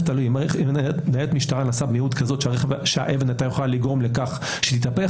אם ניידת נסעה במהירות כזאת שהאבן הייתה יכולה לגרום לכך שהיא תתהפך,